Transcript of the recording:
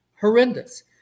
horrendous